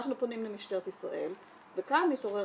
אנחנו פונים למשטרת ישראל וכאן מתעורר